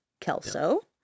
Kelso